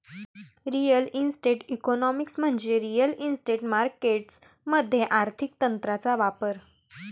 real estate economics म्हणजे real estate markets मध्ये आर्थिक तंत्रांचा वापर